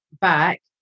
back